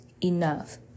enough